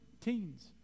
teens